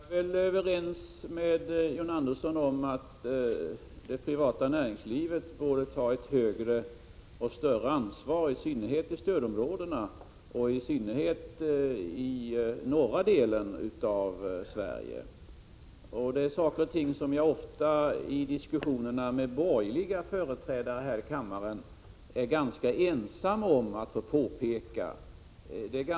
Fru talman! Jag är ense med John Andersson om att det privata näringslivet borde ta ett större ansvar, i synnerhet i stödområdena och i synnerhet i norra delen av Sverige. Det är saker och ting som jag ofta i diskussionerna med borgerliga företrädare här i kammaren är ganska ensam om att påpeka.